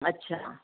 अच्छा